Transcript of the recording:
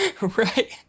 Right